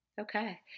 Okay